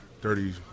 dirty